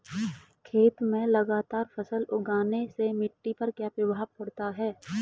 खेत में लगातार फसल उगाने से मिट्टी पर क्या प्रभाव पड़ता है?